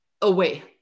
away